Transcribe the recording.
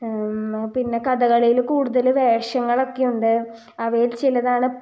എന്നാൽ പിന്നെ കഥകളിയിൽ കൂടുതൽ വേഷങ്ങളൊക്കെ ഉണ്ട് അവയിൽ ചിലതാണ്